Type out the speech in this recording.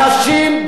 אנשים,